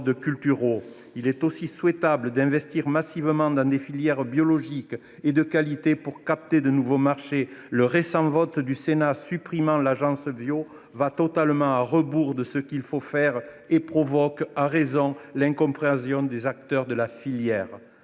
il est souhaitable d’investir massivement dans des filières biologiques et de qualité pour capter de nouveaux marchés. Le récent vote du Sénat supprimant l’Agence bio va totalement à rebours de ce qu’il faut faire et provoque, à raison, l’incompréhension des acteurs de la filière.